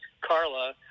Carla